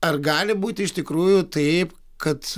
ar gali būti iš tikrųjų taip kad